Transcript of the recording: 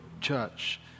church